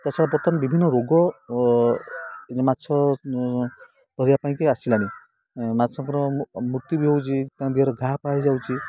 ତା ଛଡ଼ା ବର୍ତ୍ତମାନ ବିଭିନ୍ନ ରୋଗ ମାଛ ଧରିବା ପାଇଁକି ଆସିଲାଣି ମାଛଙ୍କର ବି ହେଉଛି ତାଙ୍କ ଦିହର ଘା' ଫା ହେଇଯାଉଛି